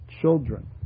children